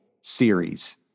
series